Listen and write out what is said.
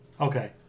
Okay